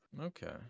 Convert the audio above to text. Okay